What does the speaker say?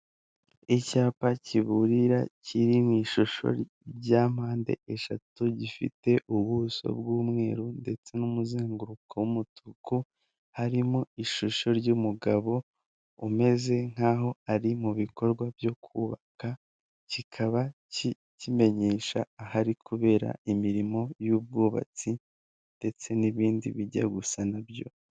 Icyapa kiburira kiri mu ishusho rya mpande eshatu gifite ubuso bw'umweru ndetse n'umuzenguruko w'umutuku harimo ishusho y'umugabo umeze nk'aho ari mu bikorwa byo kubaka, kikaba kimenyesha ahari kubera imirimo y'ubwubatsi ndetse n'ibindi bijya gusa nabyo.